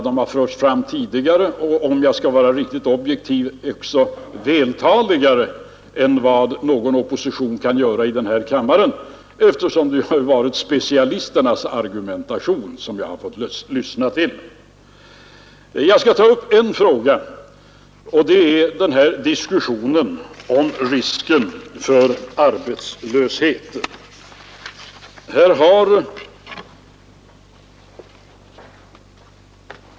De har förts fram tidigare och, om jag skall vara riktigt objektiv, också vältaligare än vad någon representant för oppositionen kan göra i denna kammare, eftersom det varit specialisternas argumentation som jag har fått lyssna till. Jag skall ta upp ytterligare en fråga, nämligen diskussionen om risken för arbetslöshet.